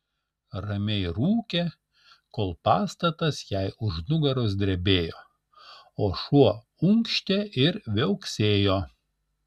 ramiai rūkė kol pastatas jai už nugaros drebėjo o šuo unkštė ir viauksėjo